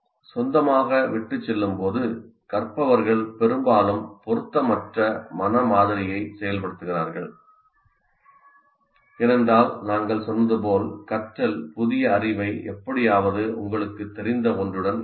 சொந்தமாக விட்டுச்செல்லும்போது கற்பவர்கள் பெரும்பாலும் பொருத்தமற்ற மன மாதிரியைச் செயல்படுத்துகிறார்கள் ஏனென்றால் நாங்கள் சொன்னது போல் கற்றல் புதிய அறிவை எப்படியாவது உங்களுக்குத் தெரிந்த ஒன்றுடன் இணைக்கிறது